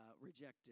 rejected